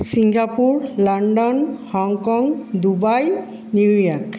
Singapore London Hong Kong Dubai New York